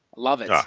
love it. um